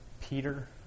Peter